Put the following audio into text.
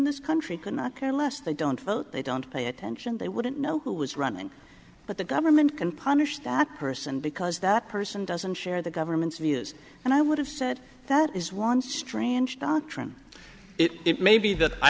this country could not care less they don't vote they don't pay attention they wouldn't know who was running but the government can punish that person because that person doesn't share the government's views and i would have said that is one strange doctrine it may be that i